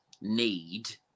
need